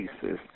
pieces